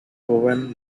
woven